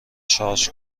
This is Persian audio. شارژ